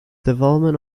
development